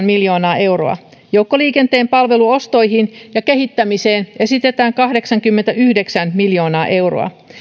miljoonaa euroa joukkoliikenteen palveluostoihin ja kehittämiseen esitetään kahdeksaakymmentäyhdeksää miljoonaa euroa